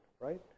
right